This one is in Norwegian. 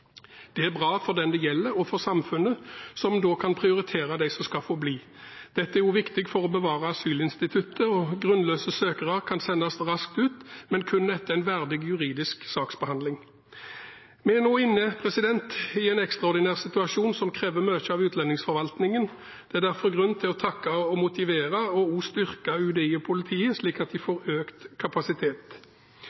Det er bra for dem det gjelder, og for samfunnet, som da kan prioritere dem som skal få bli. Dette er også viktig for å bevare asylinstituttet. Grunnløse søkere kan sendes raskt ut, men kun etter en verdig juridisk saksbehandling. Vi er nå inne i en ekstraordinær situasjon som krever mye av utlendingsforvaltningen. Det er derfor grunn til å takke og motivere – og styrke – UDI og politiet, slik at de får økt kapasitet.